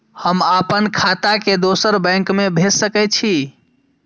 हम आपन खाता के दोसर बैंक में भेज सके छी?